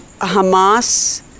Hamas